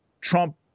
Trump